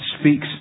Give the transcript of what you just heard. speaks